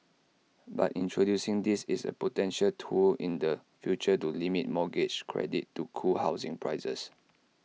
but introducing this is A potential tool in the future to limit mortgage credit to cool housing prices